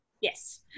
Yes